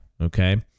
Okay